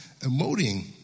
emoting